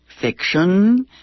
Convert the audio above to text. fiction